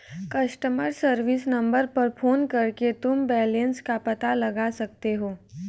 customer service number पर phone करके तुम बैलन्स का पता लगा सकते हो